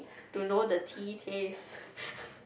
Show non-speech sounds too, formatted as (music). to know the tea taste (laughs)